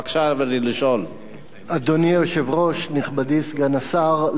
בבקשה, אדוני, לשאול.